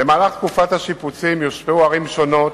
במהלך תקופת השיפוצים יושפעו ערים שונות